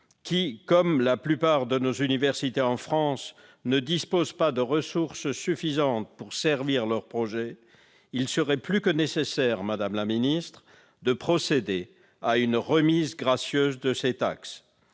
qui, comme la plupart de nos universités en France, ne dispose pas de ressources suffisantes pour servir ses projets, il serait plus que nécessaire, madame la secrétaire d'État, de procéder à une remise gracieuse de ces taxes.